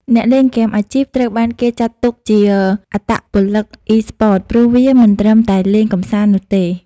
អ្នកលេងហ្គេមអាជីពត្រូវបានគេចាត់ទុកជា អត្តពលិកអុីស្ព័ត ព្រោះវាមិនត្រឹមតែលេងកម្សាន្តនោះទេ។